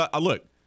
look